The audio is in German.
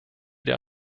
der